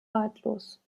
ratlos